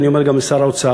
ואני אומר גם לשר האוצר,